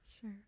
Sure